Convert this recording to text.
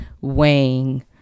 weighing